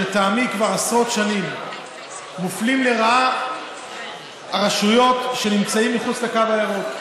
שלטעמי כבר עשרות שנים מופלות לרעה הרשויות שנמצאות מחוץ לקו הירוק.